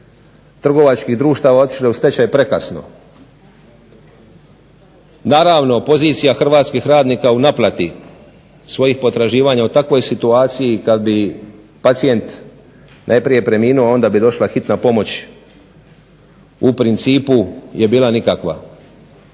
trgovačkih društava otišle u stečaj prekasno. Naravno, pozicija hrvatskih radnika u naplati svojih potraživanja u takvoj situaciji kad bi pacijent najprije preminuo onda bi došla hitna pomoć, u principu je bila nikakva.